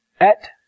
Et